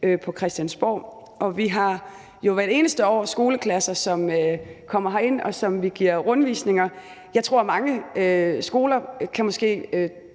på Christiansborg. Og vi har jo hvert eneste år skoleklasser, som kommer herind, og som vi giver rundvisninger. Jeg tror, at mange skoler måske